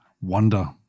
wonder